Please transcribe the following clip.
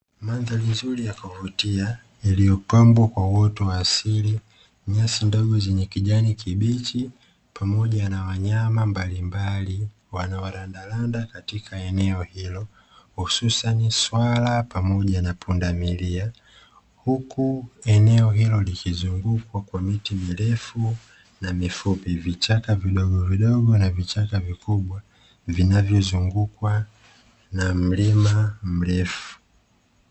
Mandhari nzuri ya kavutia iliyopambwa kwa uoto wa asili, nyasi ndogo zenye kijani kibichi pamoja na wanyama mbalimbali wanaorandaranda katika eneo hilo, hususani Swala pamoja na Pundamilia, huku eneo hilo likizungukwa kwa miti mirefu na mifupi vichaka vidogo vidogo na vichaka vikubwa vinavyozungukwa na mlima mrefu.